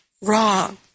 wrong